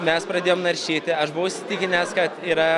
mes pradėjom naršyti aš buvau įsitikinęs kad yra